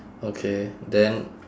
okay then